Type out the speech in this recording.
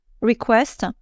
request